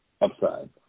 upside